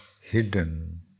hidden